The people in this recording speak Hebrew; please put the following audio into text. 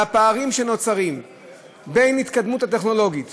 בפערים שנוצרים בהתקדמות הטכנולוגית